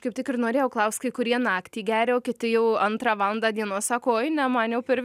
kaip tik ir norėjau klaust kai kurie naktį geria o kiti jau antrą valandą dienos sako oi ne man jau per